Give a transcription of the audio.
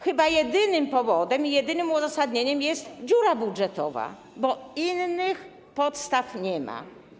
Chyba jedynym powodem i jedynym uzasadnieniem jest dziura budżetowa, bo innych podstaw nie ma.